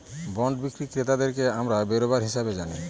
bond বিক্রি ক্রেতাদেরকে আমরা বেরোবার হিসাবে জানি